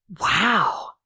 Wow